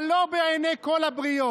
אבל לא בעיני כל הבריות.